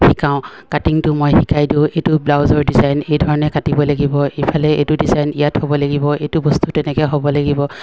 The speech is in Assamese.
শিকাওঁ কাটিঙটো মই শিকাই দিওঁ এইটো ব্লাউজৰ ডিজাইন এই ধৰণে কাটিব লাগিব এইফালে এইটো ডিজাইন ইয়াত হ'ব লাগিব এইটো বস্তু তেনেকে হ'ব লাগিব